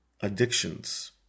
addictions